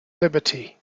liberty